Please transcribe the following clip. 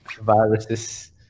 viruses